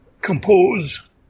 compose